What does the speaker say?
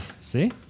see